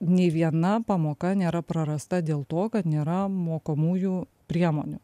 nei viena pamoka nėra prarasta dėl to kad nėra mokomųjų priemonių